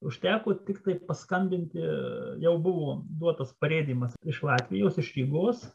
užteko tiktai paskambinti jau buvo duotas parėdymas iš latvijos iš rygos